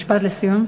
משפט לסיום.